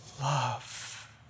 love